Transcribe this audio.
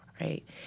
right